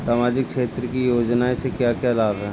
सामाजिक क्षेत्र की योजनाएं से क्या क्या लाभ है?